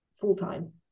full-time